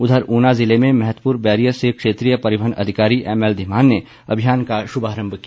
उधर ऊना ज़िले में मैहतपुर बैरियर से क्षेत्रीय परिवहन अधिकारी एमएल धीमान ने अभियान का शुभारम्भ किया